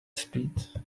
speed